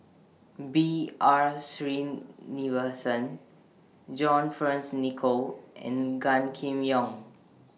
B R Sreenivasan John Fearns Nicoll and Gan Kim Yong